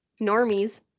normies